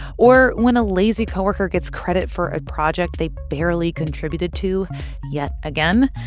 or when a lazy co-worker gets credit for a project they barely contributed to yet again.